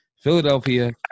Philadelphia